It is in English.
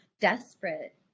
desperate